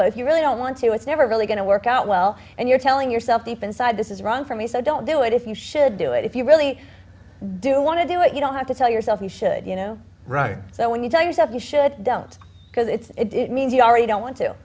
but if you really don't want to it's never really going to work out well and you're telling yourself deep inside this is wrong for me so don't do it if you should do it if you really do want to do it you don't have to tell yourself you should you know write so when you tell yourself you should don't because it's it means you already don't want to